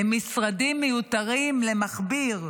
למשרדים מיותרים למכביר.